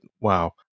wow